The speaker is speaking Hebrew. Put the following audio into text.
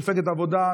מפלגת העבודה,